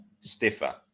stiffer